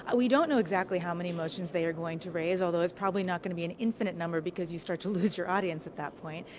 ah we don't know exactly how many motions they are going to raise, although it is probably not going to be an infant number because you start to lose your audience of that point.